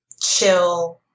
chill